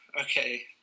okay